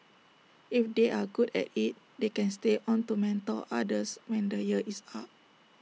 if they are good at IT they can stay on to mentor others when the year is up